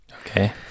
Okay